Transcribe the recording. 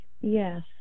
Yes